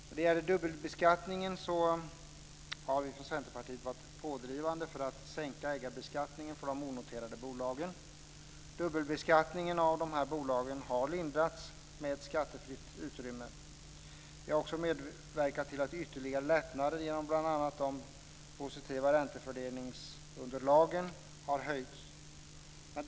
När det gäller dubbelbeskattningen har vi från Centerpartiet varit pådrivande för att sänka ägarbeskattningen för de onoterade bolagen. Dubbelbeskattningen av de här bolagen har lindrats med ett skattefritt utrymme. Vi har också medverkat till ytterligare lättnader, bl.a. genom att de positiva räntefördelningsunderlagen har höjts.